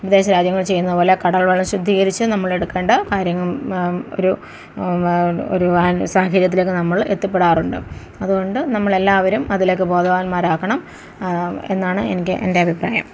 വിദേശ രാജ്യങ്ങളിൽ ചെയ്യുന്നത്പോലെ കടൽവെള്ളം ശുദ്ധീകരിച്ച് നമ്മൾ എടുക്കേണ്ട കാര്യങ്ങൾ ഒരു ഒരു സാഹചര്യത്തിലേക്ക് നമ്മള് എത്തിപ്പെടാറുണ്ട് അതുകൊണ്ട് നമ്മളെല്ലാവരും അതിലേക്ക് ബോധവാന്മാരാക്കണം എന്നാണ് എനിക്ക് എന്റ അഭിപ്രായം